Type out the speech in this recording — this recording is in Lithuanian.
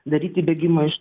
daryti bėgimą iš